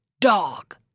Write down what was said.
dog